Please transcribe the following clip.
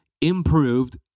improved